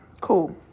cool